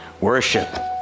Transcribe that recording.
Worship